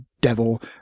devil